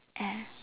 ah